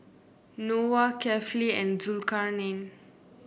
Noah Kefli and Zulkarnain